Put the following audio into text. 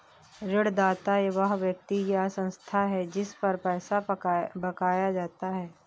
ऋणदाता वह व्यक्ति या संस्था है जिस पर पैसा बकाया है